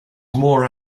more